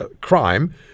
crime